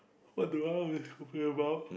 what do I talking about